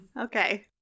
Okay